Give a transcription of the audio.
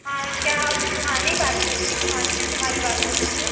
हाँ क्या आप सुहानी बात कर रही हैं सुहानी जी से हमारी बात हो रही है